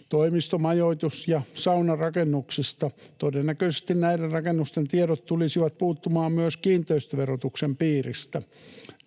puuttuisivat jatkossa tiedot. Todennäköisesti näiden rakennusten tiedot tulisivat puuttumaan myös kiinteistöverotuksen piiristä.”